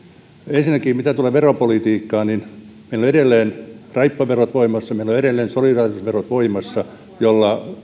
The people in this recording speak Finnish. ensinnäkin mitä tulee veropolitiikkaan meillä on edelleen raippaverot voimassa meillä on edelleen solidaarisuusverot voimassa joilla